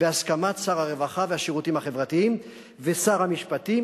בהסכמת שר הרווחה והשירותים החברתיים ושר המשפטים,